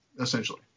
essentially